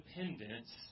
independence